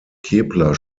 kepler